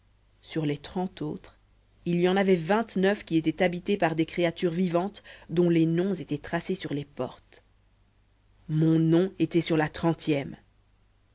sur les trente autres il y en avait vingt-neuf qui étaient habitées par des créatures vivantes dont les noms étaient tracés sur les portes mon nom était sur la trentième